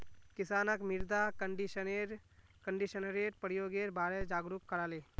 किसानक मृदा कंडीशनरेर प्रयोगेर बारे जागरूक कराले